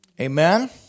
Amen